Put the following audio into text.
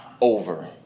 over